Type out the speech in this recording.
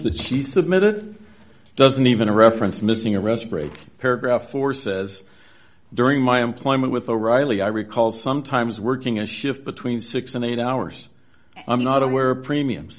that she submitted doesn't even reference missing a rest break paragraph four says during my employment with o'reilly i recall sometimes working a shift between six and eight hours i'm not aware of premiums